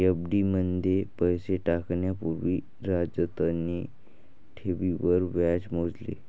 FD मध्ये पैसे टाकण्या पूर्वी राजतने ठेवींवर व्याज मोजले